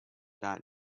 that